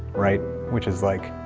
right? which is like,